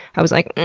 i was like.